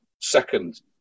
second